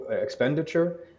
expenditure